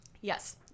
Yes